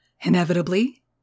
inevitably